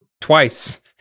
twice